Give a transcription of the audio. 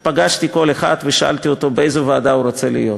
פגשתי כל אחד ושאלתי אותו באיזו ועדה הוא רוצה להיות.